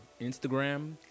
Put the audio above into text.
Instagram